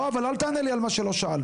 לא, אבל אל תענה לי על מה שלא שאלתי.